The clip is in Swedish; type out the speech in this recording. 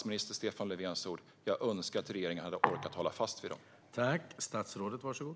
Jag önskar att regeringen hade orkat hålla fast vid statsminister Stefan Löfvens ord.